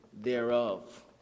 thereof